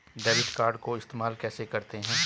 Debit card को इस्तेमाल कैसे करते हैं?